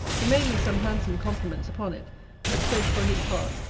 he made me some handsome compliments upon it but said, for his part,